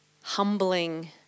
humbling